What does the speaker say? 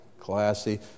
classy